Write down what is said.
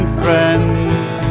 friends